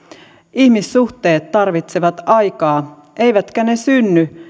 ihmissuhteet tarvitsevat aikaa eivätkä ne synny